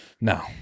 No